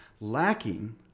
lacking